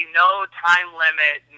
no-time-limit